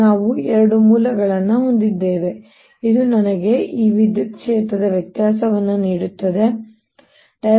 ಆದ್ದರಿಂದ ನಾವು ಎರಡು ಮೂಲಗಳನ್ನು ಹೊಂದಿದ್ದೇವೆ ಇದು ನನಗೆ ಈ ವಿದ್ಯುತ್ ಕ್ಷೇತ್ರದ ವ್ಯತ್ಯಾಸವನ್ನು ನೀಡುತ್ತದೆ ಇದು